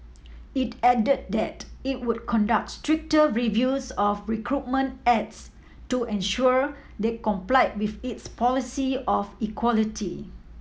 it added that it would conduct stricter reviews of recruitment ads to ensure they complied with its policy of equality